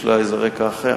יש לה איזה רקע אחר.